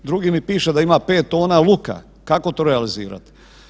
Drugi mi piše da ima pet tona luka, kako to realizirati?